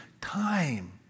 time